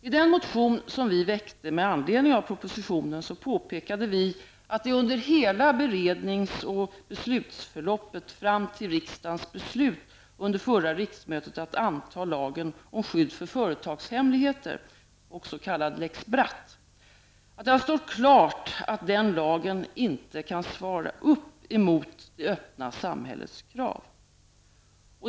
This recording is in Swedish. I den motion som vi väckte med anledning av propositionen påpekade vi att det under hela berednings och beslutsförloppet fram till riksdagens beslut under förra riksmötet att anta lagen om skydd för företagshemligheter -- också kallad lex Bratt -- har stått klart att den lagen inte kan svara mot det öppna samhällets krav.